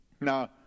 now